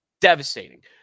devastating